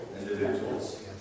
individuals